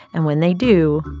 and when they do,